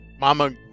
Mama